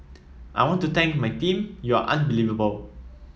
I want to thank my team you're unbelievable